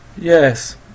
yes